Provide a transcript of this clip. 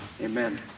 Amen